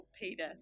Peter